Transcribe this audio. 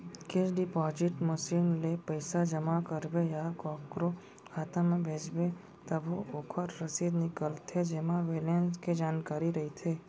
cash deposit machine ले पइसा जमा करबे या कोकरो खाता म भेजबे तभो ओकर रसीद निकलथे जेमा बेलेंस के जानकारी रइथे